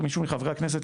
מישהו מחברי הכנסת,